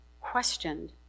questioned